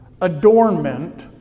adornment